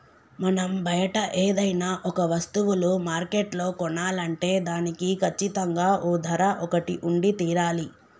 మనం బయట ఏదైనా ఒక వస్తువులు మార్కెట్లో కొనాలంటే దానికి కచ్చితంగా ఓ ధర ఒకటి ఉండి తీరాలి